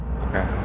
Okay